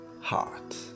heart